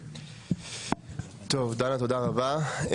דנה, תודה רבה.